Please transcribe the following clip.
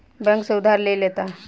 bank से उधार ले लेता